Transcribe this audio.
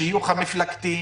השיוך המפלגתי,